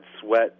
sweat